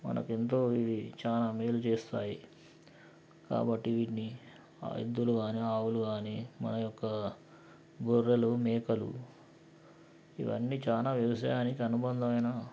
మనకు ఎంతో ఇవి చాలా మేలు చేస్తాయి కాబట్టి వీటిని ఎద్దులు కాని ఆవులు కాని మన యొక్క గొర్రెలు మేకలు ఇవ్వన్నీ చాలా వ్యవసాయానికి అనుబంధమైన